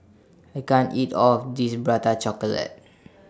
I can't eat All of This Prata Chocolate